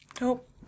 Nope